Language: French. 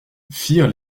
firent